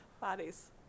bodies